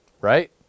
right